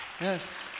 Yes